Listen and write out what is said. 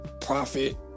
profit